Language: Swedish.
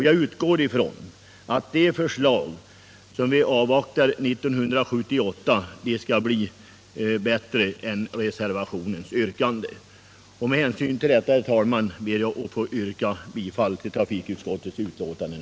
Jag utgår ifrån att de förslag som vi kan räkna med 1978 skall bli bättre än reservationens. Med hänsyn härtill, herr talman, ber jag att få yrka bifall till trafikutskottets hemställan.